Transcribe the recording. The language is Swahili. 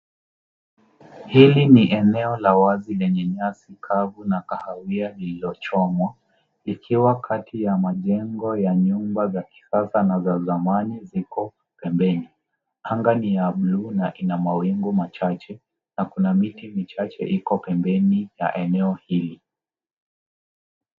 Hili ni eneo la wazi lenye nyasi kavu na kahawia lililochomwa likiwa kati ya majengo ya nyumba za kisasa na zamani ziko pembeni. Anga ni ya bluu na ina mawingu machache na kuna miti michache iko pembeni ya eneo hili.